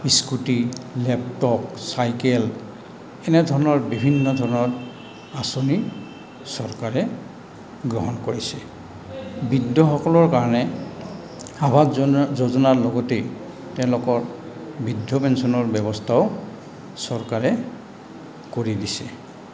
scooty laptop cycle এনেধৰণৰ বিভিন্ন ধৰণৰ আঁচনি চৰকাৰে গ্ৰহণ কৰিছে বৃদ্ধসকলৰ কাৰণে আৱাস যোন যোজনাৰ লগতে তেওঁলোকৰ বৃদ্ধ পেঞ্চনৰ ব্যৱস্থাও চৰকাৰে কৰি দিছে